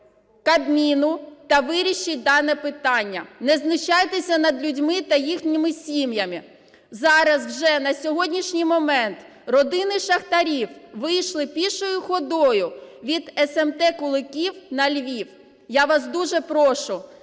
Кабміну та вирішіть дане питання, не знущайтеся над людьми та їхніми сім'ями. Зараз вже на сьогоднішній момент родини шахтарів вийшли пішою ходою від смт Куликів на Львів. Я вас дуже прошу,